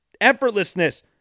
effortlessness